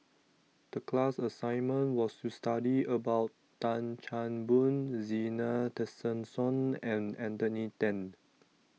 The class assignment was to study about Tan Chan Boon Zena Tessensohn and Anthony Then